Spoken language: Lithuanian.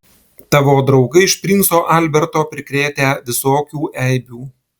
tavo draugai iš princo alberto prikrėtę visokių eibių